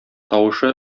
тавышы